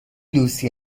لوسی